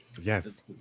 Yes